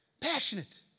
Passionate